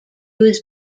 was